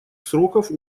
сроков